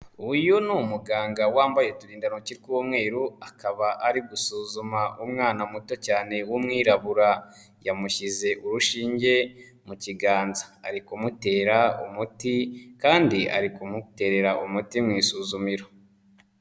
Uyu ni umuganga wambaye uturindantoki tw'umweru, akaba ari gusuzuma umwana muto cyane w'umwirabura, yamushyize urushinge mu kiganza, ari kumutera umuti kandi ari kumuterera umuti mu isuzumiro.